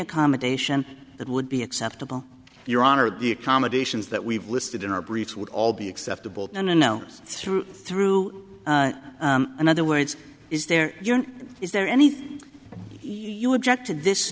accommodation that would be acceptable your honor the accommodations that we've listed in our briefs would all be acceptable to know us through through another words is there is there anything you object to this